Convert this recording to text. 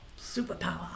Superpower